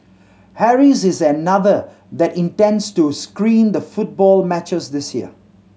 Harry's is another that intends to screen the football matches this year